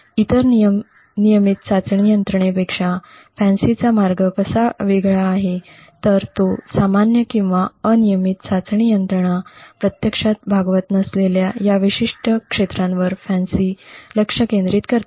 इतर नियमित चाचणी यंत्रणेपेक्षा फॅन्सीचा मार्ग कसा वेगळा आहे तर तो सामान्य किंवा नियमित चाचणी यंत्रणा प्रत्यक्षात भागवत नसलेल्या या विशिष्ट क्षेत्रावर फॅन्सी लक्ष केंद्रित करते